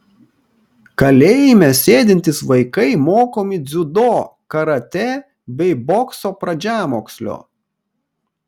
kalėjime sėdintys vaikai mokomi dziudo karatė bei bokso pradžiamokslio